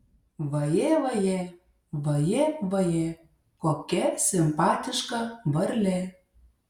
vajė vajė vajė vajė kokia simpatiška varlė